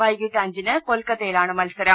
വൈകീട്ട് അഞ്ചിന് കൊൽക്കത്തയി ലാണ് മത്സരം